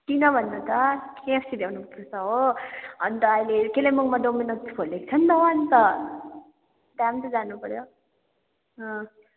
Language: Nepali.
किन भन त केएफसी ल्याउनुपर्छ हो अन्त अहिले कालिम्पोङमा डोमिनोस खोलेको छ नि त अन्त त्यहाँ पनि त जानुपर्यो